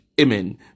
Amen